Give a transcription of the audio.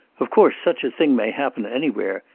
of course such a thing may happen anywhere.